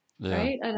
right